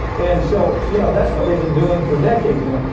and so, you know, that's what they've been doing for decades now.